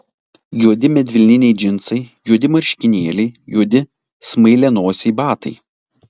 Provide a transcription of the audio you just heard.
juodi medvilniniai džinsai juodi marškinėliai juodi smailianosiai batai